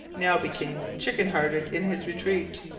now became chicken-hearted in his retreat.